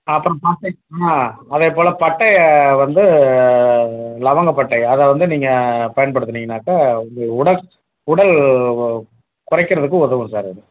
அப்புறம் அதேப் போல் பட்டையை வந்து லவங்கப் பட்டையை அதை வந்து நீங்கள் பயன்படுத்துனீங்கன்னாக்கா இது உடல் உடல் குறைக்கிறதுக்கு உதவும் சார் அது